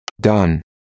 done